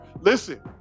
Listen